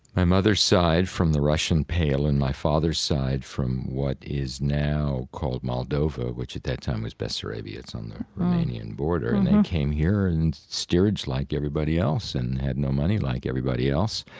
my mothers side from the russian pale and my fathers side from what is now called moldova. which that time was best sarabia, it's on the romanian border. and they came here in stewards like everybody else and had no money like everybody else.